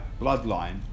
bloodline